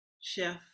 chef